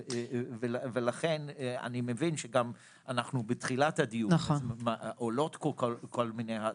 ולכן אני מבין שגם אנחנו בתחילת הדיון ועולות כל מיני הצעות.